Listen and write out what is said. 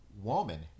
woman